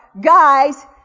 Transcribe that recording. guys